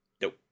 Nope